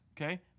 okay